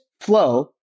flow